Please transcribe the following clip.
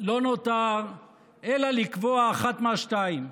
נותר אלא לקבוע אחד מהשניים.